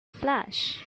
flash